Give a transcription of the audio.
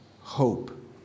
hope